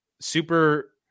super